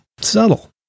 Subtle